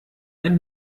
ein